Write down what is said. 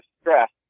stress